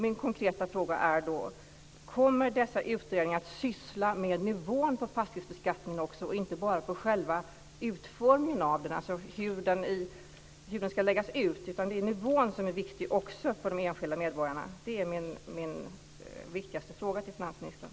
Min konkreta fråga är: Kommer dessa utredningar att syssla också med nivån på fastighetsbeskattningen och inte bara med själva utformningen av den? Det är alltså inte bara hur den ska läggas ut som är viktigt, utan det är också nivån som är viktig för de enskilda medborgarna. Detta är min viktigaste fråga till finansministern.